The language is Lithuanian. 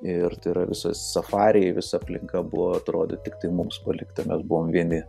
ir tai yra visas safariai visa aplinka buvo atrodė tiktai mums palikta mes buvom vieni